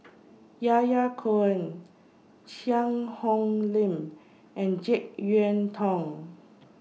Yahya Cohen Cheang Hong Lim and Jek Yeun Thong